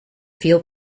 feel